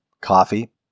coffee